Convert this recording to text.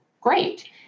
great